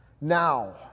Now